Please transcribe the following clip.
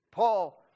Paul